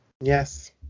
Yes